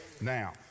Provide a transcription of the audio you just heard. Now